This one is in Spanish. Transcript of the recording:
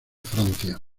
francia